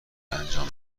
انجام